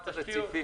אחד, רציפים